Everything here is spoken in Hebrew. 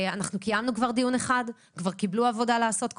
כבר קיימנו דיון אחד וכל המשרדים